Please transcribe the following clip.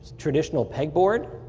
traditional peg board.